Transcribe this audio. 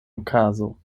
okazo